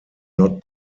not